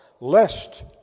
Lest